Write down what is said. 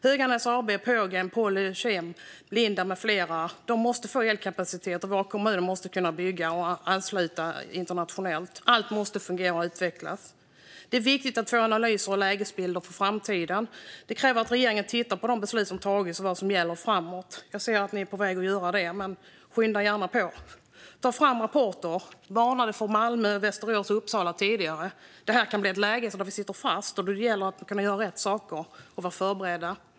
Höganäs AB, Pågen, Polykemi, Lindab med flera måste få elkapacitet, och våra kommuner måste kunna bygga och ansluta internationellt. Allt måste fungera och kunna utvecklas. Det är viktigt att få analyser och lägesbilder för framtiden. Det kräver att regeringen tittar på de beslut som tagits och vad som gäller framåt. Jag ser att ni är på väg att göra det, men skynda gärna på! Ta fram rapporter! Det varnades tidigare för Malmö, Västerås och Uppsala. Det kan bli ett läge där vi sitter fast. Då gäller det att kunna göra rätt saker och vara förberedda.